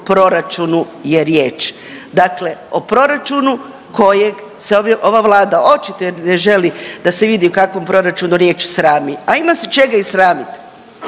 proračunu je riječ. Dakle, o proračunu kojeg se ova Vlada očito ne želi da se vidi o kakvom proračunu je riječ srami, a ima se čega i sramiti.